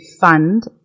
fund